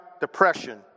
depression